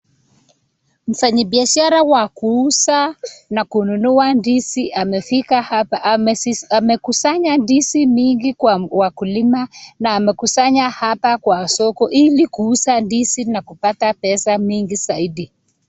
Mfanyibiashara wa kuuza na kununua ndizi amefika hapa. Amekusanya ndizi mingi kwa wakulima na amekusanya hapa kwa soko ili kuuza ndizi na kupata pesa mingi zaidi